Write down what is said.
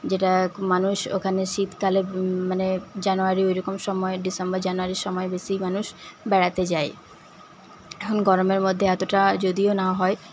যেটা মানুষ ওখানে শীতকালে মানে জানুয়ারি ওই রকম সময় ডিসেম্বর জানুয়ারির সময় বেশি মানুষ বেড়াতে যায় এখন গরমের মধ্যে এতটা যদিও না হয়